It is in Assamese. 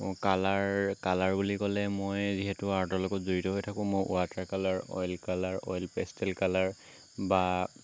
কালাৰ কালাৰ বুলি ক'লে মই যিহেতু আৰ্টৰ লগত জড়িত হৈ থাকোঁ মই water colour oil colour oil pastel colour বা